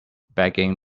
begging